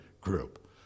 group